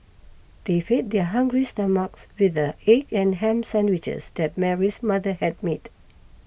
they fed their hungry stomachs with the egg and ham sandwiches that Mary's mother had made